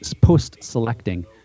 post-selecting